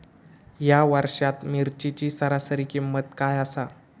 या वर्षात मिरचीची सरासरी किंमत काय आसा?